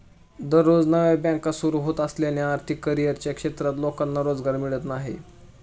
दररोज नव्या बँका सुरू होत असल्याने आर्थिक करिअरच्या क्षेत्रात लोकांना रोजगार मिळत आहे